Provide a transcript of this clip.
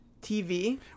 TV